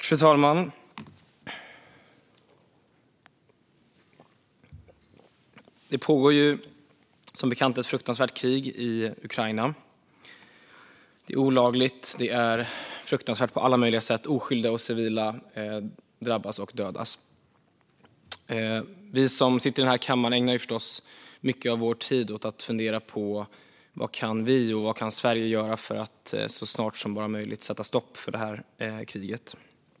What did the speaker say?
Fru talman! Det pågår som bekant ett fruktansvärt krig i Ukraina. Det är olagligt och fruktansvärt på alla möjliga sätt, och oskyldiga civila drabbas och dödas. Vi som sitter i den här kammaren ägnar förstås mycket av vår tid åt att fundera på vad vi och Sverige kan göra för att så snart som bara är möjligt sätta stopp för kriget.